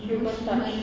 human touch